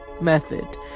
method